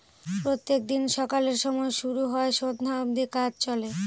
প্রত্যেক দিন সকালের সময় শুরু হয় সন্ধ্যা অব্দি কাজ চলে